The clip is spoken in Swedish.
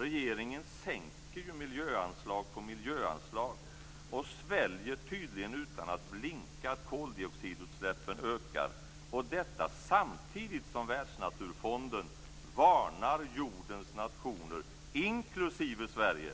Regeringen sänker ju miljöanslag på miljöanslag och sväljer tydligen utan att blinka att koldioxidutsläppen ökar, och detta samtidigt som Världsnaturfonden varnar jordens nationer inklusive Sverige